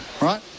right